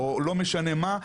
או לא משנה מה,